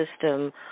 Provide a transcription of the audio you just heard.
system